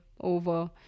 over